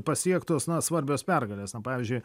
pasiektos na svarbios pergalės na pavyzdžiui